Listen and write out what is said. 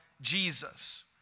Jesus